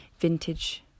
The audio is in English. vintage